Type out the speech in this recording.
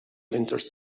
enters